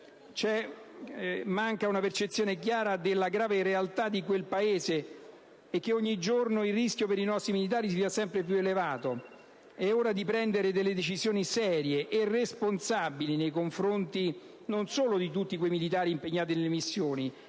una percezione chiara della grave realtà di quel Paese e che ogni giorno il rischio per i nostri militari si fa sempre più elevato. È ora di prendere delle decisioni serie e responsabili nei confronti non solo di tutti i militari impegnati nelle missioni,